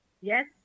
Yes